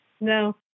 No